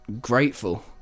grateful